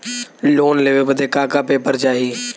Loan लेवे बदे का का पेपर चाही?